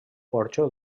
porxo